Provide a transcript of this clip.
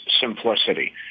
simplicity